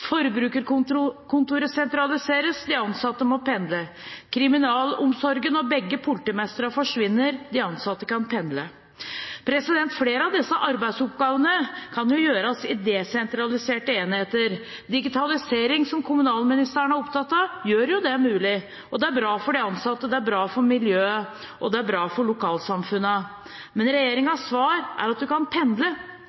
sentraliseres, de ansatte må pendle, kriminalomsorgen og begge politimestrene forsvinner, de ansatte kan pendle. Flere av disse arbeidsoppgavene kan gjøres i desentraliserte enheter. Digitalisering, som kommunalministeren er opptatt av, gjør jo det mulig. Det er bra for de ansatte, det er bra for miljøet, og det er bra for lokalsamfunnene, men